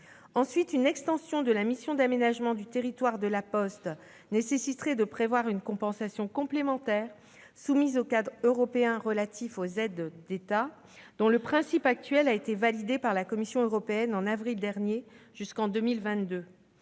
Ensuite, une extension de la mission d'aménagement du territoire assurée par La Poste nécessiterait de prévoir une compensation complémentaire, soumise au cadre européen relatif aux aides d'État, dont le principe actuel a été validé en avril dernier par la Commission européenne, et ce jusqu'en 2022.